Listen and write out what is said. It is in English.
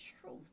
truth